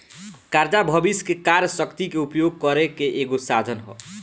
कर्जा भविष्य के कार्य शक्ति के उपयोग करे के एगो साधन ह